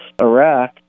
Iraq